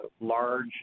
large